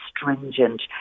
stringent